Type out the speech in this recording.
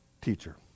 teacher